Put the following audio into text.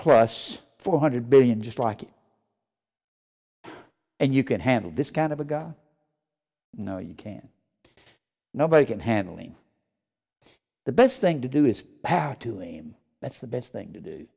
plus four hundred billion just like it and you can handle this kind of a god no you can't nobody can handling the best thing to do is have to aim that's the best thing to do